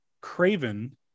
Craven